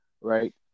right